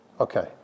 Okay